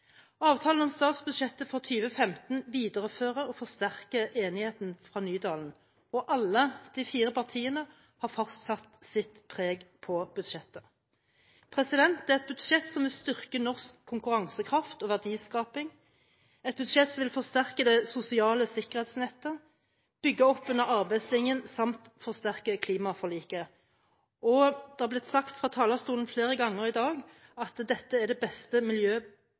Avtalen om statsbudsjettet for 2015 viderefører og forsterker enigheten fra Nydalen, og alle de fire partiene har fått satt sitt preg på budsjettet. Det er et budsjett som vil styrke norsk konkurransekraft og verdiskaping, et budsjett som vil forsterke det sosiale sikkerhetsnettet, bygge opp under arbeidslinjen samt forsterke klimaforliket. Det har blitt sagt fra talerstolen flere ganger i dag at dette er det beste